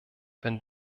wenn